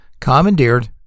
commandeered